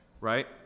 right